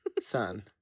Son